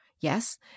yes